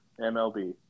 MLB